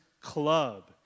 club